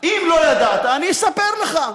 אם לא ידעת, אני אספר לך.